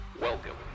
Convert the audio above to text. Welcome